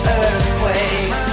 earthquake